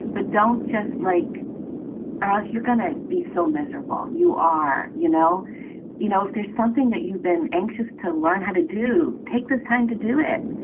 but don't just like us. you're gonna be so miserable. you are. you know you know, if there's something that you've been anxious to learn how to do, take this time to do it.